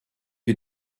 wir